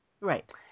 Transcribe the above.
Right